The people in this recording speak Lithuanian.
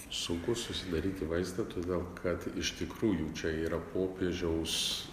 sunku susidaryti vaizdą todėl kad iš tikrųjų čia yra popiežiaus